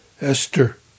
Esther